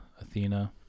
Athena